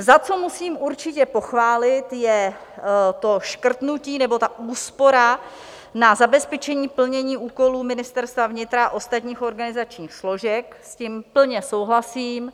Za co musím určitě pochválit, je to škrtnutí, nebo ta úspora na zabezpečení plnění úkolů Ministerstva vnitra a ostatních organizačních složek, s tím plně souhlasím.